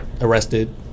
arrested